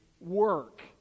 work